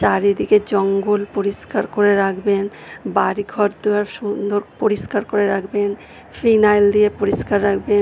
চারিদিকে জঙ্গল পরিষ্কার করে রাখবেন বাড়ি ঘর দুয়ার সুন্দর পরিষ্কার করে রাখবেন ফিনাইল দিয়ে পরিষ্কার রাখবেন